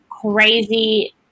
Crazy